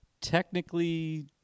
technically